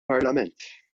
parlament